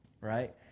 right